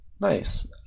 Nice